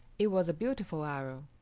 it was a beautiful arrow,